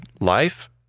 life